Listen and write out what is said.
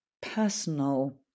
personal